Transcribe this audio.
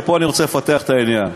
ופה אני רוצה לפתח את העניין.